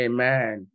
Amen